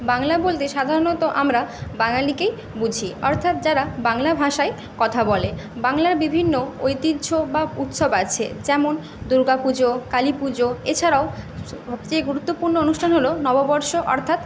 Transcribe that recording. বাংলা বলতে সাধারণত আমরা বাঙালিকেই বুঝি অর্থাৎ যারা বাংলা ভাষায় কথা বলে বাংলার বিভিন্ন ঐতিহ্য বা উৎসব আছে যেমন দুর্গা পুজো কালী পুজো এছাড়াও সবচেয়ে গুরুত্বপূর্ণ অনুষ্ঠান হলো নববর্ষ অর্থাৎ